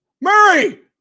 Murray